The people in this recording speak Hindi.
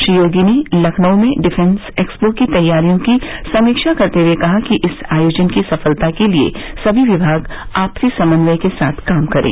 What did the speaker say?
श्री योगी ने लखनऊ में डिफेंस एक्सपो की तैयारियों की समीक्षा करते हुए कहा कि इस आयोजन की सफलता के लिये समी विभाग आपसी समन्वय के साथ काम करें